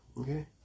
Okay